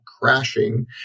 crashing